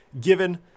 given